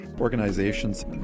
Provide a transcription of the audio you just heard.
Organizations